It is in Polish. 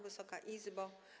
Wysoka Izbo!